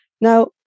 now